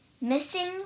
Missing